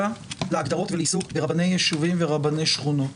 להגדרות ולעיסוק ברבני יישובים ורבני שכונות.